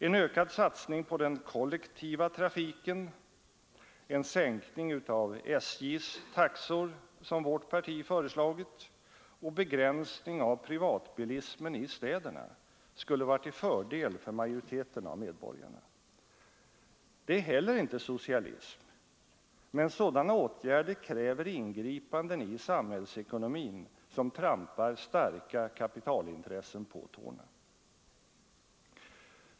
En ökad satsning på den kollektiva trafiken, en sänkning av SJ:s taxor — som vårt parti föreslagit — och en begränsning av privatbilismen i städerna skulle vara till fördel för majoriteten av medborgarna. Sådant är heller inte socialism, men det kräver ingripanden i samhällsekonomin som trampar starka kapitalintressen på tårna.